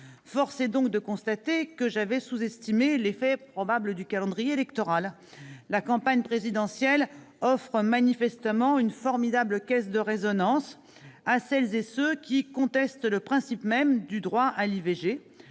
Force est de constater que j'avais sous-estimé l'effet du calendrier électoral. La campagne présidentielle offre manifestement une formidable caisse de résonance à celles et ceux qui contestent le principe même du droit à l'IVG.